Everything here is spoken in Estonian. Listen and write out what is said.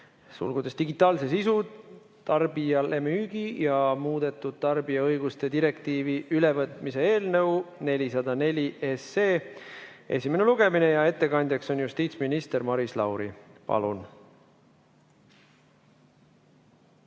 seaduse (digitaalse sisu, tarbijalemüügi ning muudetud tarbija õiguste direktiivi ülevõtmine) eelnõu 404 esimene lugemine. Ettekandjaks on justiitsminister Maris Lauri. Palun!